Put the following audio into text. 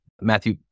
Matthew